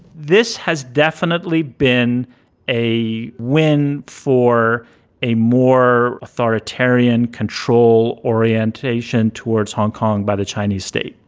this has definitely been a win for a more authoritarian control orientation towards hong kong by the chinese state.